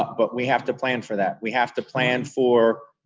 but we have to plan for that. we have to plan for,